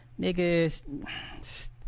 Niggas